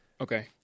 Okay